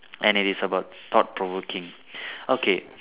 and it is about thought provoking okay